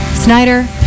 Snyder